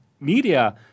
media